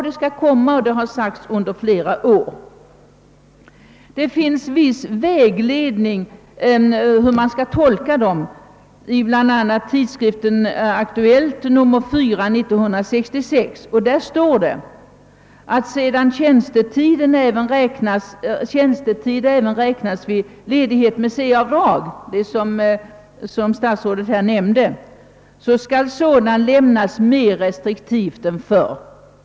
Detta har tyvärr sagts under flera år, utan att någonting skett. I nr 4/1966 av Aktuellt från statens avtalsverk ges en viss vägledning för hur man skall tolka bestämmelserna. Där står, att sedan tjänstetid även räk nas vid ledighet med C-avdrag — vilket statsrådet här nämnde — skall sådan lämnas mera restriktivt än förr.